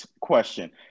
question